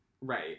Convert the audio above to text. Right